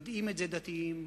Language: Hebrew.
יודעים את זה דתיים,